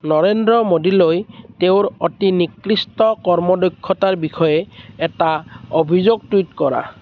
নৰেন্দ্ৰ মোদীলৈ তেওঁৰ অতি নিকৃষ্ট কৰ্মদক্ষতাৰ বিষয়ে এটা অভিযোগ টুইট কৰা